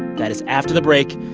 that is after the break.